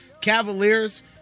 Cavaliers